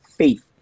faith